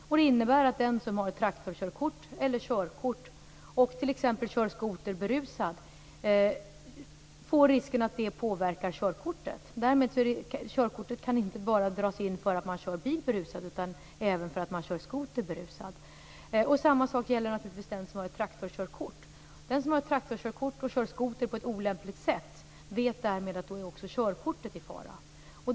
Det innebär att den som har ett traktorkörkort eller körkort och t.ex. kör skoter berusad riskerar att det påverkar körkortet. Körkortet kan inte bara dras in för att man kör bil berusad utan även för att man kör skoter berusad. Samma sak gäller naturligtvis den som har ett traktorkörkort. Den som har ett traktorkörkort och kör skoter på ett olämpligt sätt vet därmed att också körkortet är i fara.